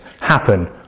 happen